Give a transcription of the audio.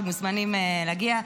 אתם מוזמנים להגיע.